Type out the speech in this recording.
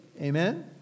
Amen